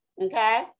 Okay